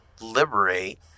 liberate